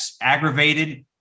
aggravated